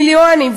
מיליונים,